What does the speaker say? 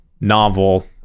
novel